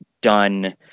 done